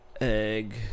Egg